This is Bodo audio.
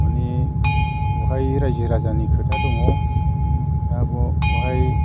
माने बेवहाय रायजो राजानि खोथा दङ दा बेवहाय